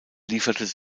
lieferte